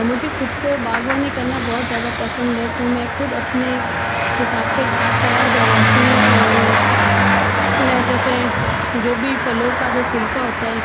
मुझे ख़ुद को बाग़बानी करना बहुत ज़्यादा पसंद है तो मैं ख़ुद अपने हिसाब से खाद तैयार करवाती हूँ और मैं जैसे जो भी फलों का जो छिलका होता है